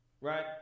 Right